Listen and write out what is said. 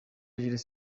jules